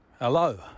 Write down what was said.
Hello